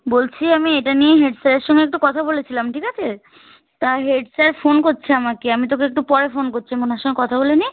বলছি আমি এটা নিয়েই হেড স্যারের সঙ্গে একটু কথা বলেছিলাম ঠিক আছে তা হেড স্যার ফোন করছে আমাকে আমি তোকে একটু পরে ফোন করছি আমি ওনার সঙ্গে কথা বলে নিই